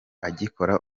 agikora